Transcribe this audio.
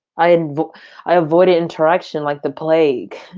i and i avoid interaction like the plague.